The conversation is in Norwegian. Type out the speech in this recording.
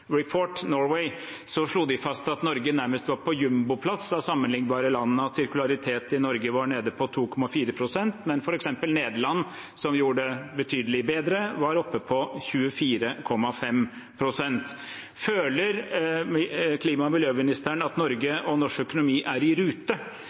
slo de fast at Norge nærmest var på jumboplass sett i forhold til sammenliknbare land, og at sirkularitet i Norge var nede på 2,4 pst., mens f.eks. Nederland, som gjorde det betydelig bedre, var oppe på 24,5 pst. Føler klima- og miljøministeren at Norge